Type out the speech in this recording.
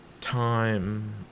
time